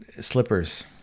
Slippers